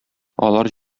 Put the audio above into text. алар